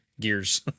Gears